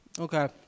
Okay